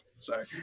Sorry